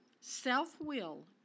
self-will